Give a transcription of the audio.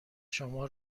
شما